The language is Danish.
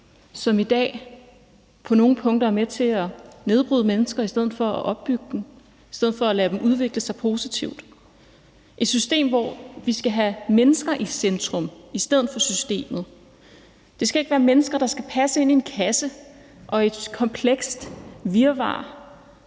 som i dag på nogle punkter er med til at nedbryde mennesker i stedet for at opbygge dem. Vi skal have et system, hvor mennesker udvikler sig positivt, et system, hvor vi skal have mennesker i centrum i stedet for systemet. Det skal ikke være mennesker, der skal passe ind i en kasse, og der skal ikke være